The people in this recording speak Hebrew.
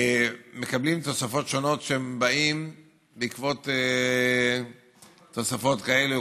מקבלים תוספות שונות שבאות בעקבות תוספות כאלה,